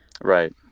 Right